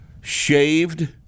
shaved